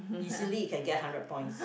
easily can get hundred points